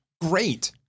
Great